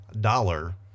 dollar